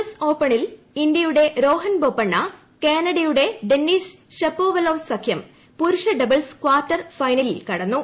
S ഓപ്പണിൽ ഇന്ത്യയുടെ റോഹൻ ബൊപ്പണ്ണ കാനഡയുടെ ഡെന്നീസ് ഷപോവലോവ് സഖ്യം പുരുഷ ഡബിൾസ് കാർട്ടർ ഫൈനലിൽ കടന്നു